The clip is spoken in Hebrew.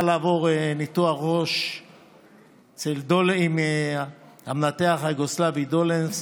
לעבור ניתוח ראש אצל המנתח היוגוסלבי דולנס.